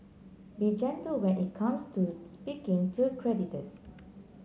be gentle when it comes to speaking to creditors